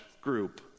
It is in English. group